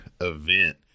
event